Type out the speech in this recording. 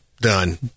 Done